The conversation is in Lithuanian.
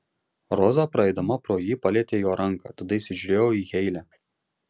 roza praeidama pro jį palietė jo ranką tada įsižiūrėjo į heile